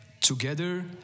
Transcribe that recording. together